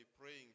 praying